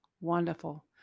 Wonderful